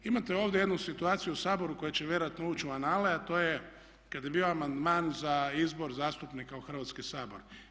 Imate ovdje jednu situaciju u Saboru koja će vjerojatno ući u anale a to je kada je bio amandman za izbor zastupnika u Hrvatski sabor.